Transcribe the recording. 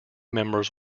members